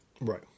Right